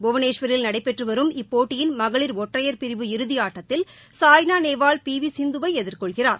புவனேஸ்வரில் நடைபெற்று வரும் இப்போட்டியின் மகளிர் ஒற்றையர் பிரிவு இறுதி ஆட்டத்தில் சாய்னா நேவால் பி வி சிந்துவை எதிர்கொள்கிறார்